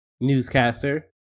newscaster